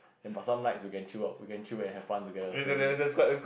then plus some nights we can chill out we can chill and have fun together also dude